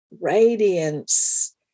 radiance